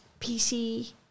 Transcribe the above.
PC